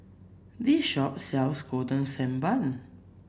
this shop sells Golden Sand Bun